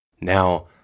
Now